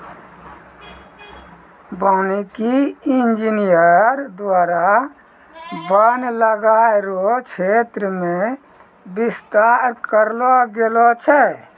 वानिकी इंजीनियर द्वारा वन लगाय रो क्षेत्र मे बिस्तार करलो गेलो छै